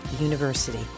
University